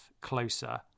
closer